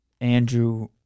Andrew